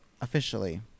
officially